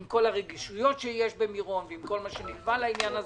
עם כל הרגישויות שיש במירון ועם כל מה שנלווה לעניין הזה,